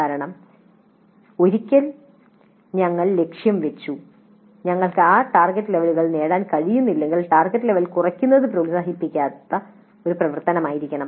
കാരണം ഒരിക്കൽ ഞങ്ങൾ ലക്ഷ്യം വെച്ചു ഞങ്ങൾക്ക് ആ ടാർഗെറ്റ് ലെവലുകൾ നേടാൻ കഴിയുന്നില്ലെങ്കിൽ ടാർഗെറ്റ് ലെവൽ കുറയ്ക്കുന്നത് പ്രോത്സാഹിപ്പിക്കപ്പെടാത്ത ഒരു പ്രവർത്തനമായിരിക്കണം